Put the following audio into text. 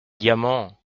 diamant